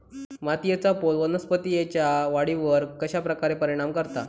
मातीएचा पोत वनस्पतींएच्या वाढीवर कश्या प्रकारे परिणाम करता?